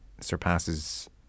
surpasses